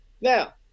Now